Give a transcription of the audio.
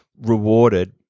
rewarded